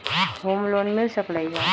Home loan मिल सकलइ ह?